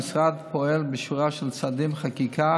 המשרד פועל בשורה של צעדי חקיקה,